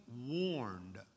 warned